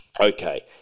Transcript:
Okay